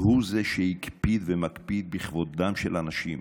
הוא שהקפיד ומקפיד בכבודם של אנשים,